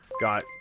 Got